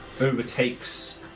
overtakes